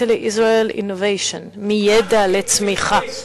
Italy-Israel Innovation, מִידע לצמיחה".